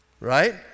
right